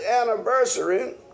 anniversary